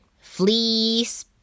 Fleece